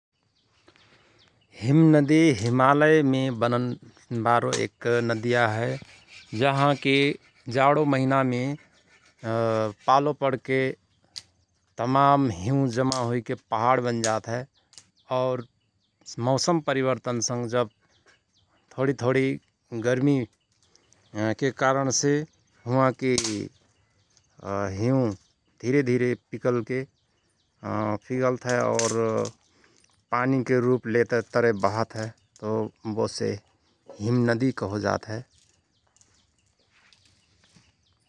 हिम नदि हिमालयमे बननबारो एक नदिया हय जहाँ कि जाणो महिना मे पालो पणके तमान हिउँ जमा हुईके पहाण बनजात हय और मौसम परिवर्तन सँग जव थोरी थोरी गर्मी के कारण से हुंआ कि हिउँ धिरे धिरे पिकलके पिकलतहय और पानीके रुप लेतय तरे बहत हय और बोसे हिम नदि कहो जात हय ।